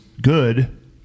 good